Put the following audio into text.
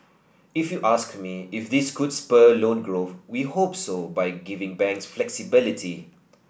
if you ask me if this could spur loan growth we hope so by giving banks flexibility